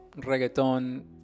reggaeton